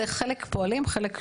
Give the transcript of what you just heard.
חלק פועלים וחלק לא.